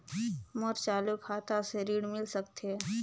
मोर चालू खाता से ऋण मिल सकथे?